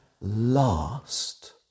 last